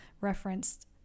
referenced